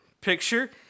picture